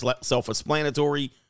self-explanatory